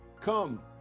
Come